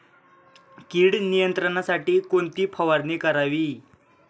कीड नियंत्रणासाठी कोणती फवारणी करावी?